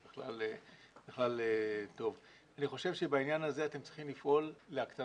אני חושב שבעניין הזה אתם צריכים לפעול להקטנת